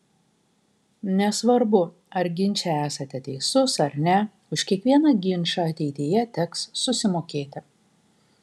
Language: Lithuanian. nesvarbu ar ginče esate teisus ar ne už kiekvieną ginčą ateityje teks susimokėti